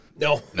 No